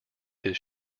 his